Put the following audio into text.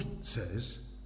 says